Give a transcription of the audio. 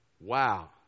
Wow